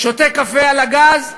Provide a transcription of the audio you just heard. מכין קפה על הגז,